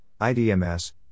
IDMS